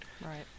right